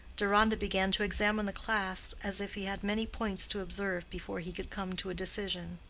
deronda began to examine the clasps as if he had many points to observe before he could come to a decision.